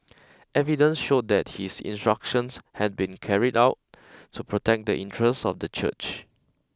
evidence showed that his instructions had been carried out to protect the interests of the church